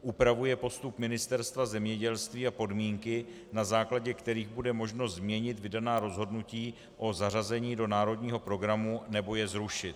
Upravuje postup Ministerstva zemědělství a podmínky, na základě kterých bude možno změnit vydaná rozhodnutí o zařazení do národního programu nebo je zrušit.